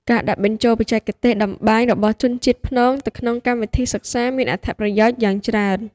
ការដាក់បញ្ចូលបច្ចេកទេសតម្បាញរបស់ជនជាតិព្នងទៅក្នុងកម្មវិធីសិក្សាមានអត្ថប្រយោជន៍យ៉ាងច្រើន។